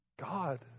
God